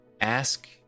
ask